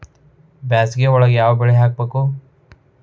ಬ್ಯಾಸಗಿ ಒಳಗ ಯಾವ ಬೆಳಿ ಹಾಕಬೇಕು?